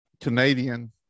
Canadian